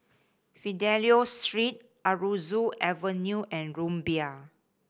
Fidelio Street Aroozoo Avenue and Rumbia